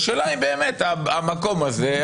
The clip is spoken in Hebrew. השאלה היא באמת האם המקום הזה,